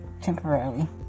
temporarily